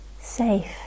safe